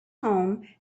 home